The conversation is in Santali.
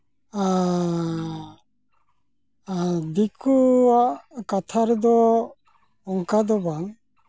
ᱟᱨ ᱟᱨ ᱫᱤᱠᱩᱣᱟᱜ ᱠᱟᱛᱷᱟ ᱨᱮᱫᱚ ᱚᱝᱠᱟ ᱫᱚ ᱵᱟᱝ